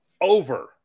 over